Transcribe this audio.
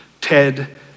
Ted